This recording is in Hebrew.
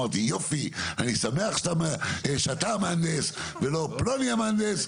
אמרתי יופי אני שמח שאתה המהנדס ולא פלוני המהנדס,